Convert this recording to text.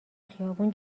خیابون